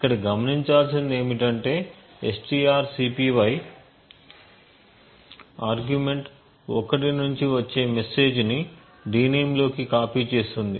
ఇక్కడ గమనించాల్సింది ఏమిటంటే stycpy ఆర్గ్యుమెంట్ 1 నుండి వచ్చే మెసేజ్ ని d name లోకి కాపీ చేస్తుంది